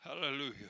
Hallelujah